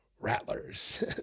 Rattlers